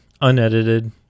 unedited